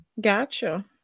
Gotcha